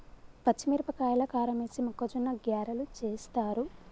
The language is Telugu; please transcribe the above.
పచ్చిమిరపకాయల కారమేసి మొక్కజొన్న గ్యారలు చేస్తారు